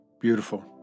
Beautiful